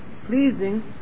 pleasing